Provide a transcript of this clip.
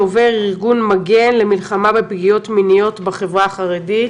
דובר ארגון מגן למלחמה בפגיעות מיניות בחברה החרדית,